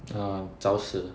ah 找死